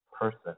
person